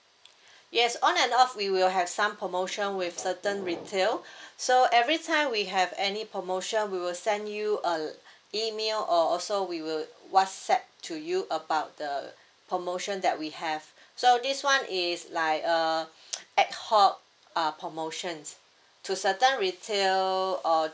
yes on and off we will have some promotion with certain retail so every time we have any promotion we will send you a email or also we will whatsapp to you about the promotion that we have so this one is like a ad hoc uh promotions to certain retail or